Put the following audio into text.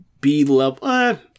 B-level